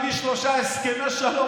הביא שלושה הסכמי שלום.